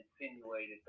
insinuated